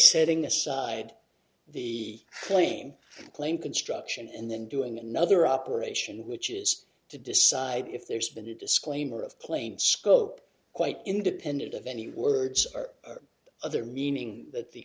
setting aside the claim claim construction and then doing another operation which is to decide if there's been a disclaimer of plain scope quite independent of any words are other meaning that the